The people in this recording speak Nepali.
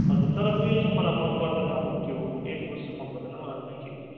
हजुर तर उयो चाहिँ मलाई मनपर्दैन हौ त्यो एयरफोर्स चाहिँ मनपर्दैन मलाई नाइकीको